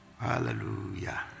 Hallelujah